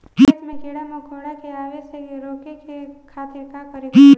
खेत मे कीड़ा मकोरा के आवे से रोके खातिर का करे के पड़ी?